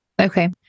Okay